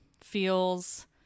feels